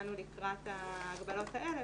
בחנו לקראת ההגבלות האלה,